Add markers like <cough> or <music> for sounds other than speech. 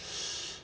<breath>